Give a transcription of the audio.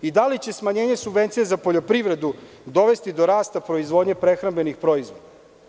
Da li će smanjenje subvencija za poljoprivredu dovesti do rasta proizvodnje prehrambenih proizvoda?